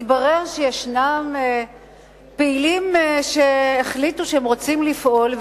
התברר שיש פעילים שהחליטו שהם רוצים לפעול,